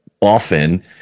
Often